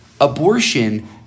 Abortion